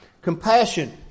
Compassion